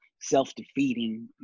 self-defeating